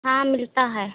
हाँ मिलता है